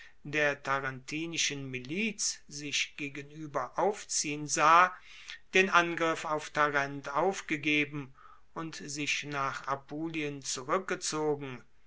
der tarentinischen miliz sich gegenueber aufziehen sah den angriff auf tarent aufgegeben und sich nach apulien zurueckgezogen